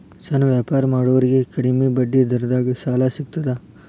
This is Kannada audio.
ಸಣ್ಣ ವ್ಯಾಪಾರ ಮಾಡೋರಿಗೆ ಕಡಿಮಿ ಬಡ್ಡಿ ದರದಾಗ್ ಸಾಲಾ ಸಿಗ್ತದಾ?